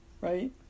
Right